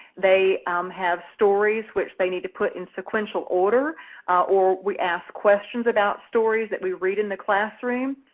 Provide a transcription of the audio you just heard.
they have stories which they need to put in sequential order or we ask questions about stories that we read in the classroom.